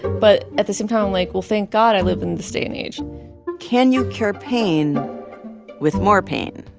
but at the same time, i'm like, well, thank god i live in this day and age can you cure pain with more pain?